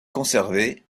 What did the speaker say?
conservé